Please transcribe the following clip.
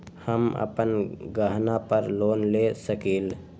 हम अपन गहना पर लोन ले सकील?